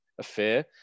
affair